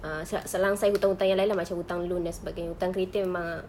err selang~ selangsai hutang-hutang yang lain lah macam hutang loan dan sebagainya hutang kereta memang